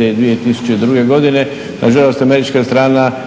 i 2002. godine. Na žalost američka strana